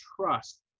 trust